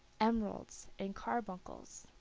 emeralds, and carbuncles.